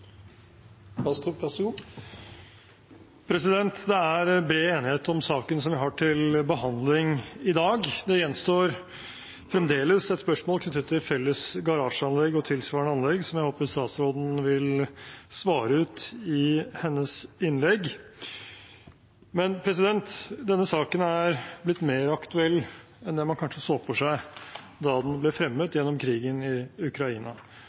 bred enighet om saken vi har til behandling i dag. Det gjenstår fremdeles et spørsmål knyttet til felles garasjeanlegg og tilsvarende anlegg som jeg håper statsråden vil svare ut i sitt innlegg. Denne saken er blitt mer aktuell enn det man kanskje så for seg da den ble fremmet, gjennom krigen i Ukraina.